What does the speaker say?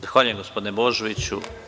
Zahvaljujem gospodine Božoviću.